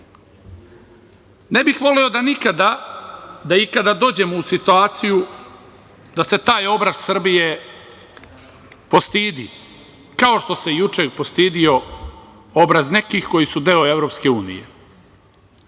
Ne bih voleo da ikada dođemo u situaciju da se taj obraz Srbije postidi, kao što se juče postideo obraz nekih koji su deo EU.